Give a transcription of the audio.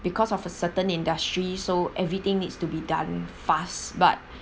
because of a certain industry so everything needs to be done fast but